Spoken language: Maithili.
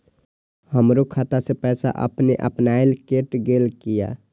हमरो खाता से पैसा अपने अपनायल केट गेल किया?